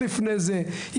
קודם